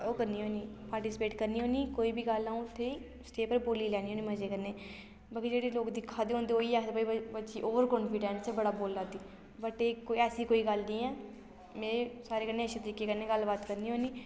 ओह् करनी होन्नी पार्टीस्पेट करनी होन्नी कोई बी गल्ल अ'ऊं उत्थें स्टेज़ पर बोली लैन्नी होन्नी मजे कन्नै मगर जेह्ड़े लोग दिक्खा दे होंदे ओह् इ'यै आखदे भाई बच्ची ओवर कानफिडेंस बच्ची बड़ा बोलै दी ऐ बट एह् ऐसी कोई गल्ल नी ऐ में सारें कन्नै अच्छे तरीके कन्नै गल्ल बात करना होन्नीं